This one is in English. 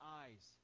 eyes